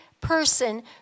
person